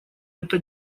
это